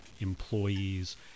employees